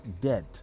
dead